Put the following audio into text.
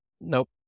Nope